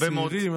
צעירים,